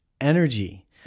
energy